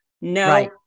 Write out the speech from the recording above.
No